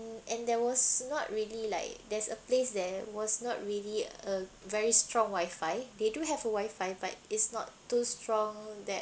and there was not really like there's a place there was not really a very strong wi-fi they do have a wifi but it's not too strong that